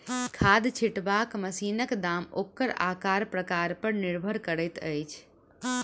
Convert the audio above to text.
खाद छिटबाक मशीनक दाम ओकर आकार प्रकार पर निर्भर करैत अछि